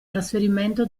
trasferimento